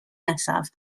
nesaf